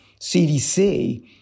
CDC